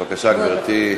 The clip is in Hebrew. בבקשה, גברתי.